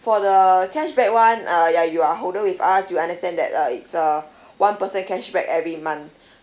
for the cashback one uh ya you are holder with us you understand that uh it's a one percent cashback every month